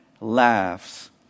laughs